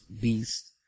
beast